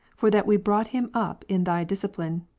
for that we brought him up in thy discipline,